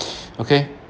okay